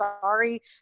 sorry